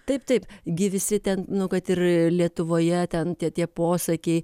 taip taip gi visi ten nu kad ir lietuvoje ten tie tie posakiai